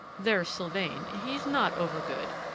there's sylvain, he's not over good.